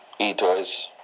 Etoys